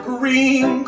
Green